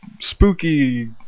spooky